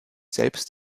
selbst